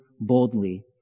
boldly